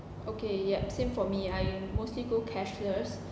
okay yup same for me I mostly go cashless